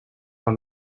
for